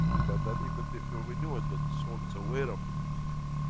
we've done that even before we knew it, but the soul is aware of the position.